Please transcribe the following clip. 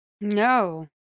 No